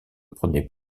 prenait